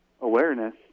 awareness